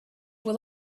will